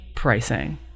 pricing